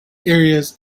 areas